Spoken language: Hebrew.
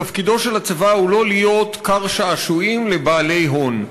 תפקידו של הצבא הוא לא להיות כר שעשועים לבעלי הון.